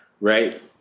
right